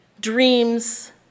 dreams